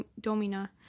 Domina